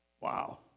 Wow